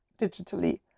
digitally